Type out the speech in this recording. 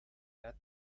that